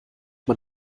man